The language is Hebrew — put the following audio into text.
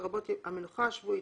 לרבות המנוחה השבועית,